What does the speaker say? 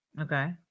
okay